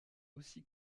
aussi